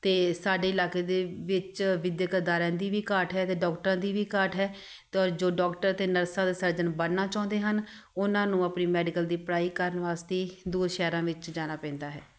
ਅਤੇ ਸਾਡੇ ਇਲਾਕੇ ਦੇ ਵਿੱਚ ਵਿੱਦਿਅਕ ਅਦਾਰਿਆਂ ਦੀ ਵੀ ਘਾਟ ਹੈ ਅਤੇ ਡੌਕਟਰਾਂ ਦੀ ਵੀ ਘਾਟ ਹੈ ਅਤੇ ਔਰ ਜੋ ਡੌਕਟਰ ਅਤੇ ਨਰਸਾਂ ਅਤੇ ਸਰਜਨ ਬਣਨਾ ਚਾਹੁੰਦੇ ਹਨ ਉਹਨਾਂ ਨੂੰ ਆਪਣੀ ਮੈਡੀਕਲ ਦੀ ਪੜ੍ਹਾਈ ਕਰਨ ਵਾਸਤੇ ਦੂਰ ਸ਼ਹਿਰਾਂ ਵਿੱਚ ਜਾਣਾ ਪੈਂਦਾ ਹੈ